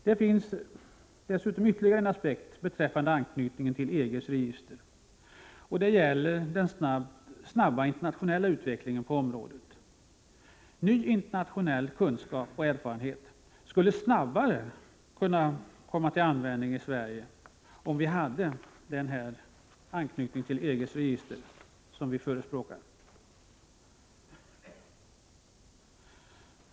Det finns ytterligare en aspekt beträffande anknytningen till EG:s register. Det gäller den snabba internationella utvecklingen på detta område. Nya internationella kunskaper och erfarenheter skulle snabbare komma Sverige till del om vi hade den anknytning till EG:s register som vi förespråkar.